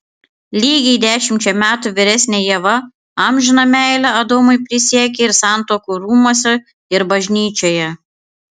lygiai dešimčia metų vyresnė ieva amžiną meilę adomui prisiekė ir santuokų rūmuose ir bažnyčioje